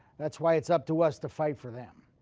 that's why it's up to us to fight for them.